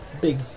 big